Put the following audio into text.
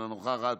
אינה נוכחת,